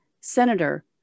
Senator